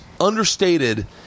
understated